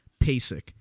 PASIC